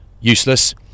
useless